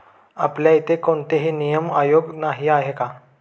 आपल्या इथे कोणतेही नियमन आयोग नाही आहे का?